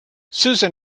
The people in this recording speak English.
susan